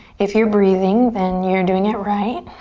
if you're breathing then you're doing it right.